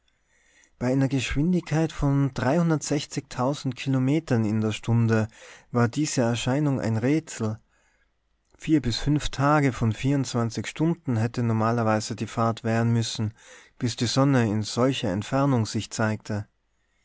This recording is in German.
bei einer geschwindigkeit von kilometern in der stunde war diese erscheinung ein rätsel vier bis fünf tage von stunden hätte normalerweise die fahrt währen müssen bis die sonne in solcher entfernung sich zeigte